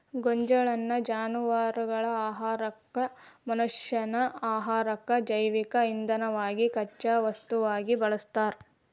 ಗೋಂಜಾಳನ್ನ ಜಾನವಾರಗಳ ಆಹಾರಕ್ಕ, ಮನಷ್ಯಾನ ಆಹಾರಕ್ಕ, ಜೈವಿಕ ಇಂಧನವಾಗಿ ಕಚ್ಚಾ ವಸ್ತುವಾಗಿ ಬಳಸ್ತಾರ